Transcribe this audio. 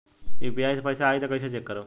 UPI से पैसा आई त कइसे चेक करब?